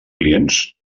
clients